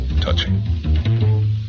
touching